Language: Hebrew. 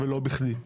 ולא בכדי.